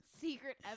secret